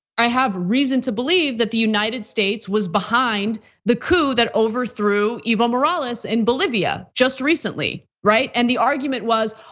i have reason to believe that the united states was behind the coup, that overthrew evo morales in and bolivia just recently, right? and the argument was,